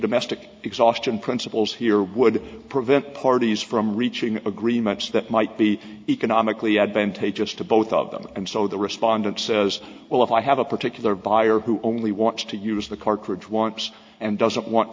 domestic exhaustion principles here would prevent parties from reaching agreements that might be economically advantageous to both of them and so the respondent says well if i have a particular buyer who only wants to use the cartridge wants and doesn't want